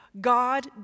God